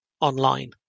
online